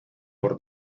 por